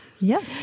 Yes